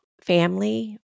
family